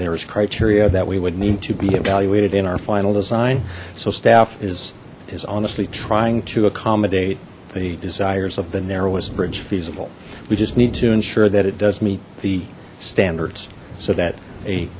there is criteria that we would need to be evaluated in our final design so staff is is honestly trying to accommodate the desires of the narrowest bridge feasible we just need to ensure that it does meet the standards so that a